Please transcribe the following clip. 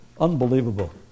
Unbelievable